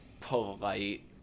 polite